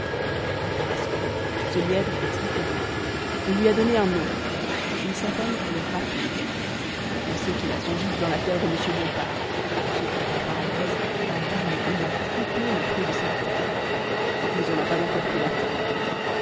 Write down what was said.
a tarascon ce lièvre est très connu on lui a donné un nom il s'appelle le rapide on sait qu'il a son gîte dans la terre de m bompard ce qui par parenthèse a doublé et même triplé le prix de cette terre mais on n'a pas encore pu l'atteindre